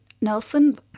Nelson